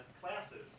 classes